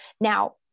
Now